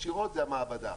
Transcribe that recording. ישירות זה המעבדה,